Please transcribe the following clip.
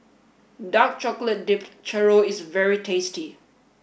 Dark Chocolate Dipped Churro is very tasty